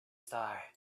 star